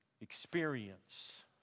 experience